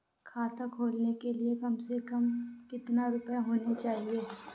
खाता खोलने के लिए कम से कम कितना रूपए होने चाहिए?